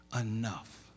enough